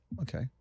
okay